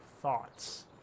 thoughts